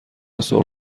سرخ